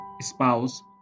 spouse